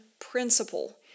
principle